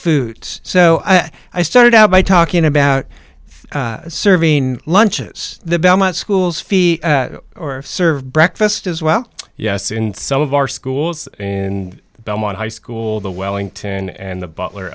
foods so i started out by talking about serving lunches the belmont schools or serve breakfast as well yes in some of our schools in belmont high school the wellington and the butler